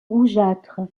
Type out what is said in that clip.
rougeâtre